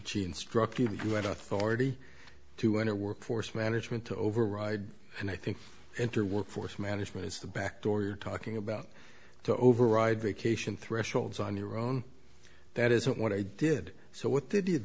instructed to do at authority to enter workforce management to override and i think enter workforce management is the back door you're talking about to override vacation thresholds on your own that isn't what i did so what they did